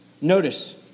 Notice